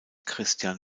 christian